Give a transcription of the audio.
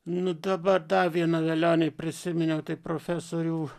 nu dabar dar viena velionį prisiminiau tai profesorių